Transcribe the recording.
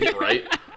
right